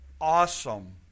awesome